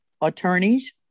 attorneys